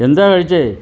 എന്താ കഴിച്ചേ